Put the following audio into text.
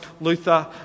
Luther